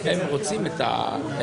לא שיניתי ולא מוסיף.